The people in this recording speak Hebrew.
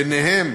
ביניהם